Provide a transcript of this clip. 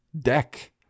deck